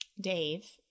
Dave